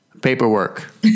Paperwork